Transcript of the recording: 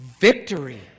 victory